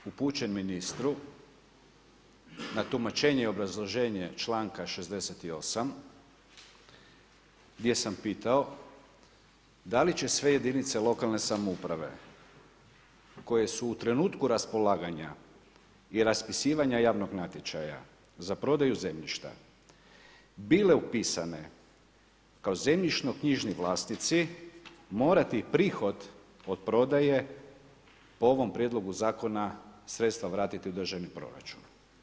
Na moj upit upućen ministru na tumačenje i obrazloženje članka 68 gdje sam pitao da li će sve jedinice lokalne samouprave koje su u trenutku raspolaganja i raspisivanja javnog natječaja za prodaju zemljišta bile upisane kao zemljišno knjižni vlasnici morati prihod od prodaje po ovom prijedlogu zakona, sredstva vratiti u državni proračun.